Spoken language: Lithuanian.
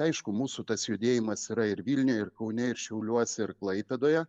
aišku mūsų tas judėjimas yra ir vilniuje ir kaune ir šiauliuose ir klaipėdoje